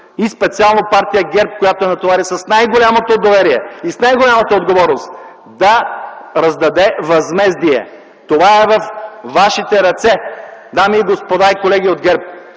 и специално партия ГЕРБ, която натовари с най-голямото доверие и с най-голямата отговорност – да раздаде възмездие. Това е във вашите ръце, дами и господа и колеги от ГЕРБ.